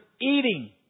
eating